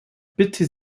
bitte